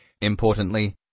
Importantly